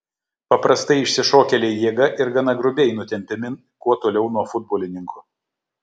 paprastai išsišokėliai jėga ir gana grubiai nutempiami kuo toliau nuo futbolininkų